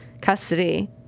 custody